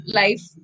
life